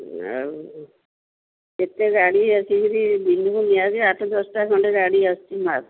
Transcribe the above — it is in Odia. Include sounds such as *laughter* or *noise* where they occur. ଆଉ କେତେ ଗାଡ଼ି ଆସିକିରି *unintelligible* ଆଠ ଦଶଟା ଖଣ୍ଡେ ଗାଡ଼ି ଆସିଚି ବାସ୍